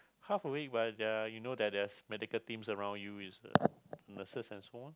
half awake but there are you know that there's medical teams around you is nurses and so on